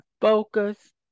focus